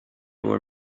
were